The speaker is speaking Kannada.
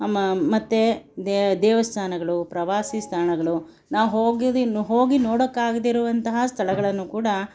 ಮತ್ತೆ ದೇವಸ್ಥಾನಗಳು ಪ್ರವಾಸೀ ತಾಣಗಳು ನಾವು ಹೋಗಿದ್ದು ಹೋಗಿ ನೋಡೋಕಾಗದೇ ಇರುವಂತಹ ಸ್ಥಳಗಳನ್ನು ಕೂಡ